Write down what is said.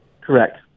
Correct